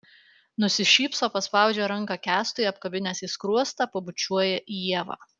nusišypso paspaudžia ranką kęstui apkabinęs į skruostą pabučiuoja ievą